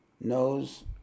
knows